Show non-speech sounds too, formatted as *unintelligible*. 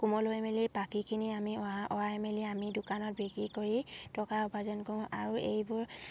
*unintelligible* মেলি পাখিখিনি আমি *unintelligible* আমি দোকানত বিক্ৰী কৰি টকা উপাৰ্জন কৰোঁ আৰু এইবোৰ